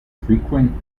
frequent